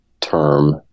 term